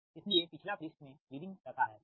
इसलिएपिछला पृष्ठ में लीडिंग रखा है ठीक